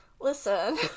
listen